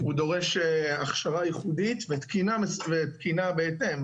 הוא דורש הכשרה ייחודית ותקינה בהתאם.